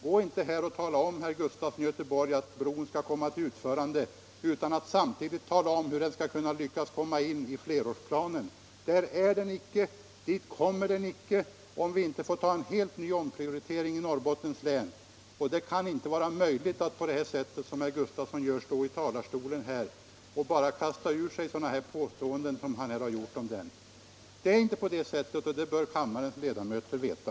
Gå inte ut och tala om, herr Gustafson, att bron skall komma till utförande utan att samtidigt förklara hur den skall lyckas komma in i flerårsplanen. Där är den icke, och dit kommer den icke, om vi inte får ta en helt ny omprioritering i Norrbottens län. Det borde inte vara tillåtet att göra som herr Sven Gustafson i Göteborg gjorde, alltså att stå här i talarstolen och bara kasta ur sig sådana påståenden som han gjorde om Seskaröbron. Det förhåller sig inte på det sättet, och det bör kammarens ledamöter veta.